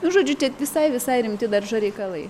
nu žodžiu tie visai visai rimti daržo reikalai